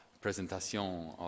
presentation